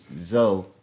Zoe